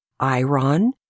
Iron